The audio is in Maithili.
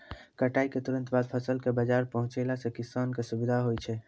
कटाई क तुरंत बाद फसल कॅ बाजार पहुंचैला सें किसान कॅ सुविधा होय छै